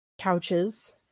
couches